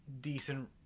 decent